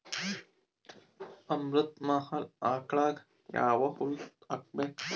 ಅಮೃತ ಮಹಲ್ ಆಕಳಗ ಯಾವ ಹುಲ್ಲು ಹಾಕಬೇಕು?